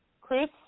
Chris